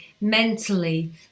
mentally